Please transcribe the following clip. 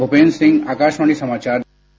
भूपेन्द्र सिंह आकाशवाणी समाचार दिल्ली